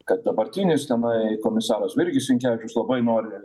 kad dabartinis tenai komisaras virgis sinkevičius labai nori